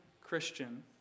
Christian